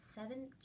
seven